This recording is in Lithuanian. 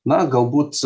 na galbūt